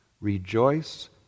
rejoice